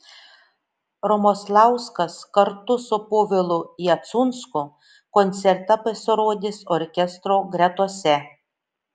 romoslauskas kartu su povilu jacunsku koncerte pasirodys orkestro gretose